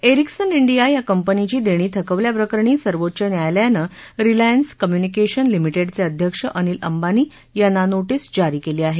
Ericsson India या कंपनीची देणी थकवल्याप्रकरणी सर्वोच्च न्यायालयानं रिलायन्स कम्युनिकेशन लिमिटेडचे अध्यक्ष अनिल अंबानी यांनी नोटीस जारी केली आहे